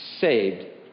saved